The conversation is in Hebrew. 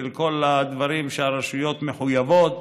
ולכל הדברים שהרשויות מחויבות,